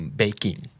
baking